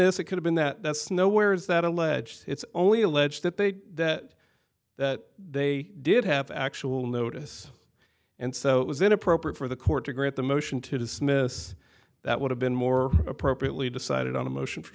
this it could have been that that's no where is that alleged it's only alleged that they did that that they did have actual notice and so it was inappropriate for the court to grant the motion to dismiss that would have been more appropriately decided on a motion for